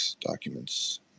documents